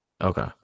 Okay